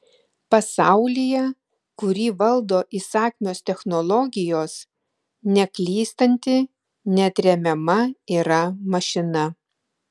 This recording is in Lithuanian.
pasaulyje kurį valdo įsakmios technologijos neklystanti neatremiama yra mašina